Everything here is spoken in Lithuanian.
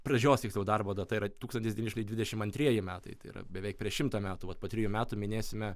pražios tiksliau darbo data yra tūkstantis devyni šimtai dvidešim antrieji metai tai yra beveik prieš šimtą metų vat po trijų metų minėsime